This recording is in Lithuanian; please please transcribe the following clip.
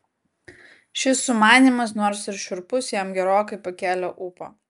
šis sumanymas nors ir šiurpus jam gerokai pakėlė ūpą